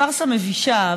פארסה מבישה,